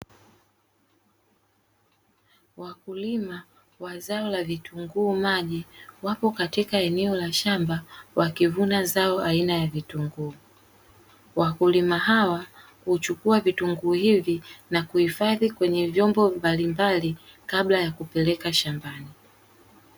Wakulima wa zao la vitunguu maji, wapo katika eneo la shamba wakivuna zao aina ya vitunguu. Wakulima hawa huchukua vitunguu hivi na kuhifadhi kwenye vyombo mbalimbali kabla ya kupeleka shambani.